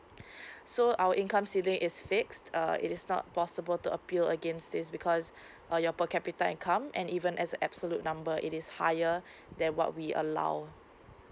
so our income celling is fixed uh is not possible to appeal against this because uh your per capita income and even as absolute number it is higher than what we allow